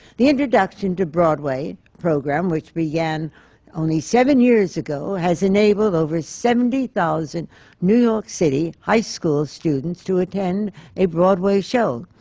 the introduction to broadway program, which began only seven years ago, has enabled over seventy thousand new york city high school students to attend a broadway show.